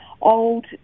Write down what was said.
old